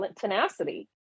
tenacity